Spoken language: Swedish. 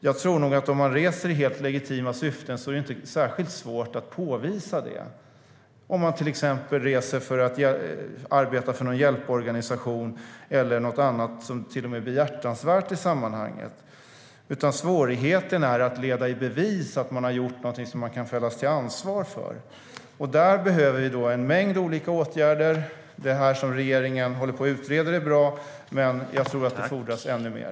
Jag tror att om man reser i helt legitima syften är det inte särskilt svårt att påvisa det, till exempel om man reser för att arbeta för en hjälporganisation eller något annat som är behjärtansvärt i sammanhanget, utan svårigheten är att leda i bevis att man har gjort något som man kan fällas till ansvar för. Där behöver vi en mängd olika åtgärder. Det som regeringen håller på att utreda är bra, men jag tror att det fordras ännu mer.